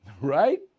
right